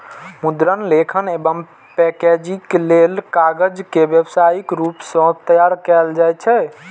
मुद्रण, लेखन एवं पैकेजिंग लेल कागज के व्यावसायिक रूप सं तैयार कैल जाइ छै